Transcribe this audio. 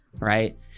Right